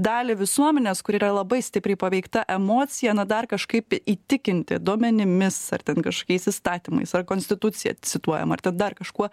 dalį visuomenės kuri yra labai stipriai paveikta emocija na dar kažkaip įtikinti duomenimis ar ten kažkokiais įstatymais ar konstitucija cituojama ar ten dar kažkuo